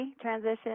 transition